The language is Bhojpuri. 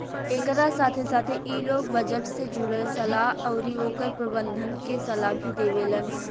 एकरा साथे साथे इ लोग बजट से जुड़ल सलाह अउरी ओकर प्रबंधन के सलाह भी देवेलेन